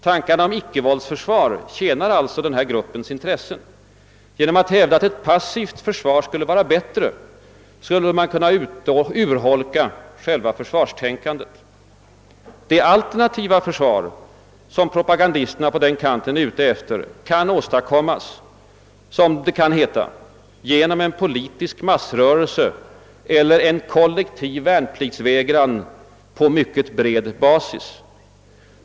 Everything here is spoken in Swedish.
Tankarna om icke-våldsförsvar tjänar alltså denna grupps intressen. Genom att hävda att ett passivt försvar skulle vara bättre skulle man kunna urholka själva försvarstänkandet. Det alternativa försvar som propagandisterna på den kanten är ute efter kan åstadkommas, som det kan heta, »genom en politisk massrörelse eller en kollektiv värnpliktsvägran på mycket bred ba sis».